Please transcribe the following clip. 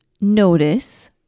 notice